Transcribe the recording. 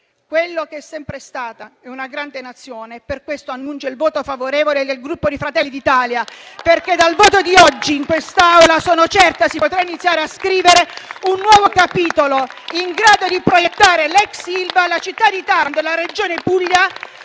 come è sempre stata, è una grande Nazione, annuncio il voto favorevole del Gruppo Fratelli d'Italia, perché dal voto di oggi in quest'Aula sono certa che si potrà iniziare a scrivere un nuovo capitolo in grado di proiettare l'ex Ilva, la città di Taranto, la Regione Puglia